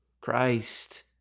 Christ